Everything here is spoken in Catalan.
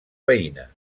veïnes